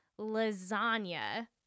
lasagna